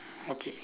okay